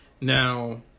now